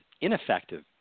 ineffective